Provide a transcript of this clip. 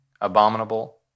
abominable